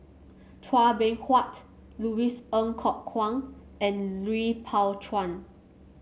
Chua Beng Huat Louis Ng Kok Kwang and Lui Pao Chuen